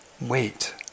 Wait